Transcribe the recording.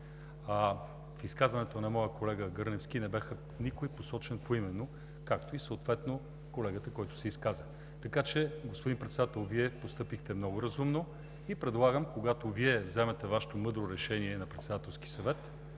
В изказването на моя колега Гърневски никой не беше посочен поименно, както и съответно колегата, който се изказа. Господин Председател, Вие постъпихте много разумно и предлагам, когато вземете Вашето мъдро решение на Председателски съвет,